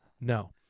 no